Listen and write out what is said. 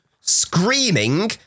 screaming